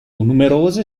numerose